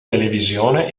televisione